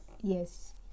Yes